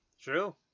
True